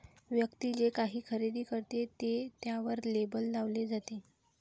व्यक्ती जे काही खरेदी करते ते त्यावर लेबल लावले जाते